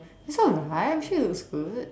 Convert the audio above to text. it's not overhyped I'm sure it looks good